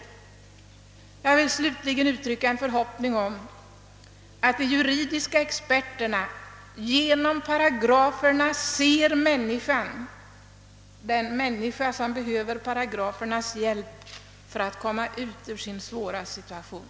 Slutligen vill jag uttrycka en förhoppning om att de juridiska experterna genom paragraferna ser människan — den människa som behöver paragrafernas hjälp för att komma ut ur sin svåra situation.